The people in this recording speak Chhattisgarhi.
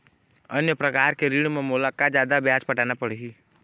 अन्य प्रकार के ऋण म मोला का जादा ब्याज पटाना पड़ही?